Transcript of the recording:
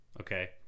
okay